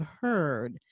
heard